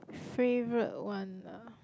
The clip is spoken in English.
favourite one ah